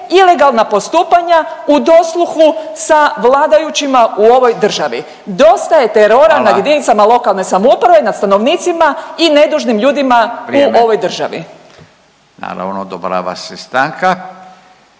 ilegalna postupanja u dosluhu sa vladajućima u ovoj državi. Dosta je terora …/Upadica: Hvala./… nad jedinicama lokalne samouprave, nad stanovnicima i nedužnim ljudima u ovoj …/Upadica: Vrijeme./…